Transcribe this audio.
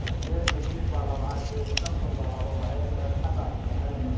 पेड़ के बीच वाला भाग जे उत्तम गुण वाला होवऽ हई, एकर अच्छा दाम मिलऽ हई